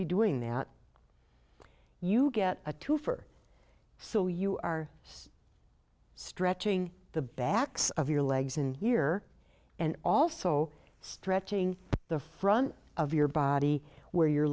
be doing that you get a twofer so you are stretching the backs of your legs in here and also stretching the front of your body where your